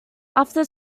after